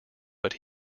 but